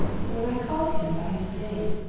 but when i called him by his name,